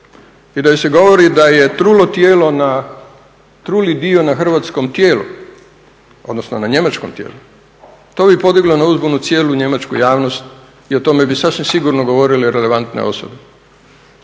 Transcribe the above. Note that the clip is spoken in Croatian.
i da joj se govori da je trulo tijelo na, truli dio na hrvatskom tijelu, odnosno na njemačkom tijelu. To bi podiglo na uzbunu cijelu njemačku javnost i o tome bi sasvim sigurno govorile relevantne osobe.